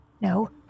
No